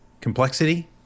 complexity